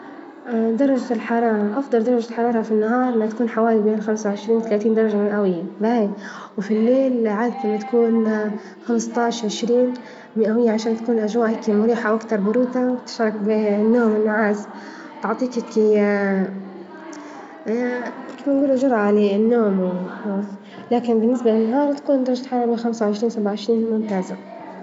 درجة الحرارة أفظل درجة الحرارة في النهار لتكون حوالي خمسة وعشرين ثلاثين درجة مئوية، وفي الليل عادةا ما تكون خمس طاعش، عشرين مئوية عشان تكون الاجواء مريحة وأكتر برودة النوم والنعاس، اعطيك اياه الحمد لله جو على النوم، لكن بالنسبة للنهار تكون درجة الحرارة من خمسة وعشرين، سبعة وعشرين ممتازة.